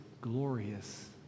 glorious